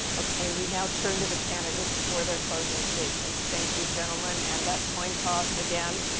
ok. we now turn to the candidates for their closing statements. thank you, gentlemen. and that coin toss, again,